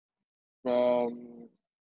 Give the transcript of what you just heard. from